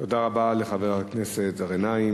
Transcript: תודה רבה לחבר הכנסת גנאים.